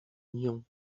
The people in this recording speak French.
union